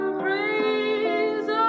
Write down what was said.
praise